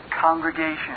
congregation